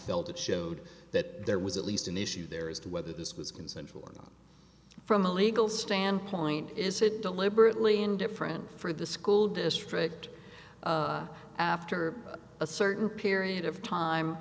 felt it showed that there was at least an issue there is whether this was consensual and from a legal standpoint is it deliberately indifferent for the school district after a certain period of time